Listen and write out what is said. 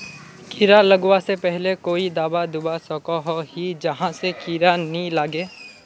कीड़ा लगवा से पहले कोई दाबा दुबा सकोहो ही जहा से कीड़ा नी लागे?